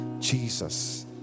Jesus